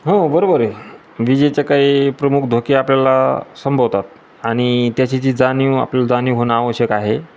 हो बरोबर आहे विजेचे काही प्रमुख धोके आपल्याला संभवतात आणि त्याची जी जाणीव आपलं जाणीव होणं आवश्यक आहे